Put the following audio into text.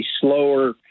slower